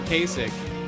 Kasich